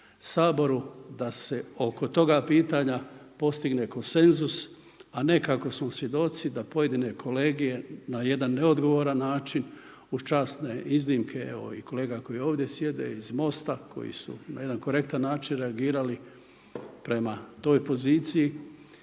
da se oko toga pitanja postigne konsenzus, a ne kako smo svjedoci da pojedine kolege na jedan neodgovoran način uz časne iznimke evo i kolega koji ovdje sjede iz Mosta, koji su na jedan korektan način reagirali prema toj poziciji,